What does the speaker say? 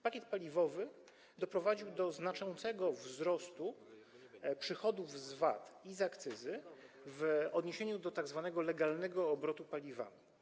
Pakiet paliwowy doprowadził do znaczącego wzrostu przychodów z VAT i akcyzy w odniesieniu do tzw. legalnego obrotu paliwami.